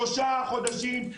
שלושה חודשים.